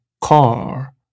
car